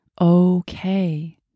okay